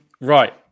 Right